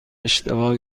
اشتباه